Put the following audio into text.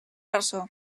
ressò